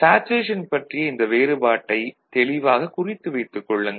saturation பற்றிய இந்த வேறுபாட்டைத் தெளிவாகக் குறித்துவைத்துக் கொள்ளுங்கள்